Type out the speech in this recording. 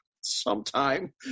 Sometime